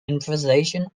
improvisation